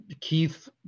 Keith